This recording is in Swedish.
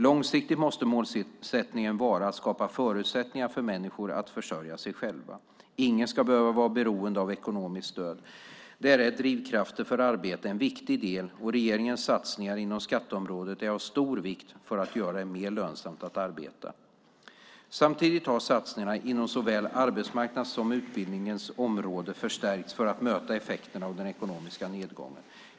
Långsiktigt måste målsättningen vara att skapa förutsättningar för människor att försörja sig själva. Ingen ska behöva vara beroende av ekonomiskt stöd. Där är drivkrafter för arbete en viktig del, och regeringens satsningar inom skatteområdet är av stor vikt för att göra det mer lönsamt att arbeta. Samtidigt har satsningarna inom såväl arbetsmarknads som utbildningspolitikens område förstärkts för att möta effekterna av den ekonomiska nedgången.